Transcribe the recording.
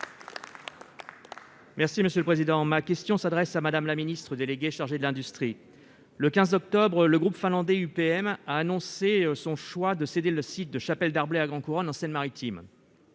et Républicain. Ma question s'adresse à Mme la ministre déléguée chargée de l'industrie. Le 15 octobre dernier, le groupe finlandais UPM a annoncé son choix de céder le site de Chapelle Darblay, à Grand-Couronne, en Seine-Maritime.